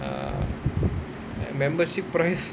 err membership price